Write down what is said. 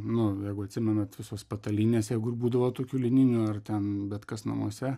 nu jeigu atsimenat visos patalynės jeigu ir būdavo tokių lininių ar ten bet kas namuose